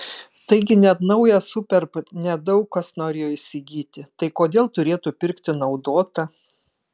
taigi net naują superb ne daug kas norėjo įsigyti tai kodėl turėtų pirkti naudotą